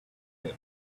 him